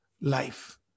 life